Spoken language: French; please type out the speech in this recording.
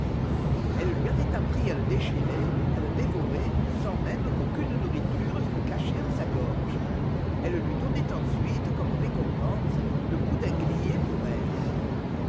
elle lui avait appris à le déchirer à le dévorer sans même qu'aucune nourriture fût cachée en sa gorge elle lui donnait ensuite comme récompense le boudin grillé pour elle